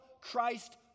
Christ